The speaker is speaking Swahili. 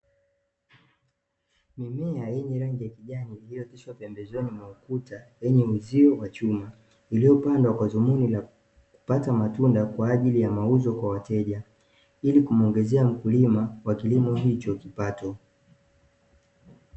Mimea yenye rangi ya kijani iliyooteshwa pembezoni mwa ukuta wenye uzio wa chuma, iliyopandwa kwa dhumuni la kupata matunda kwa ajili ya mauzo kwa wateja, ili kumuongezea mkulima wa kilimo hicho kipato.